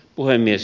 puhemies